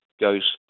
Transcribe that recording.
goes